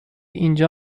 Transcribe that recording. اینجا